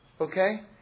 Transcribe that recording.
okay